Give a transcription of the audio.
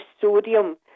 sodium